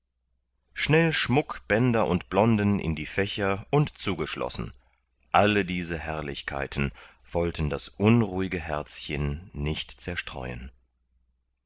schnell schmuck bänder und blonden in die fächer und zugeschlossen alle diese herrlichkeiten wollten das unruhige herzchen nicht zerstreuen